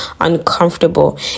uncomfortable